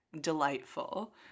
delightful